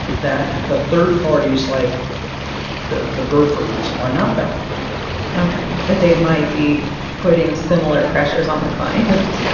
that the third parties, like the the burfords, are not bound by ok. but they might be putting similar pressures on the client,